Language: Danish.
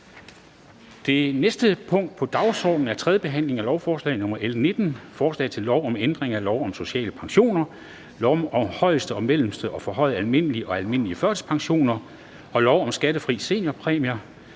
Det næste punkt på dagsordenen er: 4) 3. behandling af lovforslag nr. L 19: Forslag til lov om ændring af lov om social pension, lov om højeste, mellemste, forhøjet almindelig og almindelig førtidspension m.v. og lov om en skattefri seniorpræmie.